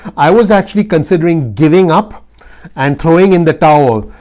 i was actually considering giving up and throwing in the towel.